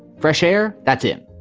fresh air that's in.